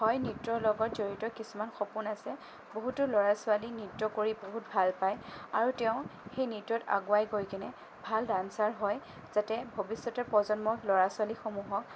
হয় নৃত্যৰ লগত জড়িত কিছুমান সপোন আছে বহুতো ল'ৰা ছোৱালী নৃত্য কৰি বহুত ভাল পায় আৰু তেওঁ সেই নৃত্যত আগুৱাই গৈ কেনে ভাল ডাঞ্চাৰ হয় যাতে ভৱিষ্যত প্ৰজন্মৰ ল'ৰা ছোৱালীসমূহক